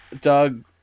Doug